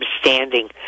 standing